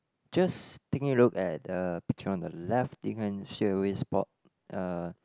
just taking a look at the picture on the left you can straightaway spot uh